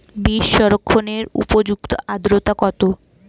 বীজ সংরক্ষণের উপযুক্ত আদ্রতা কত?